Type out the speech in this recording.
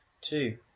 two